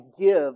give